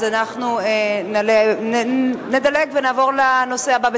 אז נדלג ונעבור לנושא הבא בסדר-היום.